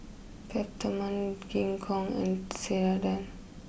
Peptamen Gingko and Ceradan